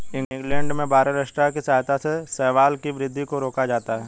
England में barley straw की सहायता से शैवाल की वृद्धि को रोका जाता है